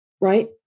right